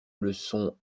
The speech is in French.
leçons